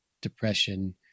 depression